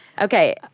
okay